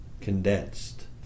condensed